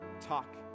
talk